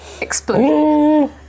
Explode